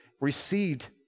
received